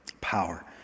Power